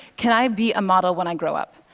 can i be a model when i grow up?